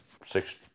six